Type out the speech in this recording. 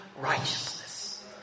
righteousness